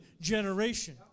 generation